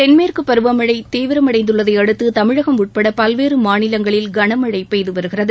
தென்மேற்கு பருவமழை தீவிரமடைந்துள்ளதை அடுத்து தமிழகம் உட்பட பல்வேறு மாநிலங்களில் கனமழை பெய்து வருகிறது